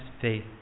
faith